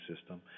system